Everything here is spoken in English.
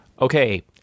okay